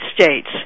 States